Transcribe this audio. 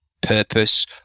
purpose